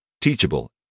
Teachable